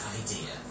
idea